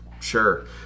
sure